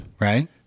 Right